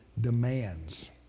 demands